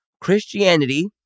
Christianity